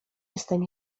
jestem